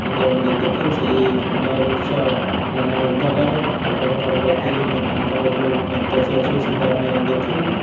ସେଇଠି ଆମେ ଦେଖିବୁ ସେଇ ସୁନ୍ଦର ଦୃଶ୍ୟ ମନ ମୁଗ୍ଧକର ଠାକୁରଙ୍କର ପ୍ରତିଦିନ ତାଙ୍କର ଯେଉଁ ନେତ ଚେଞ୍ଜ ହୁଏ ସେଇଟା ଆମେ ଦେଖିବୁ